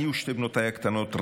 אני ושתי בנותיי הקטנות,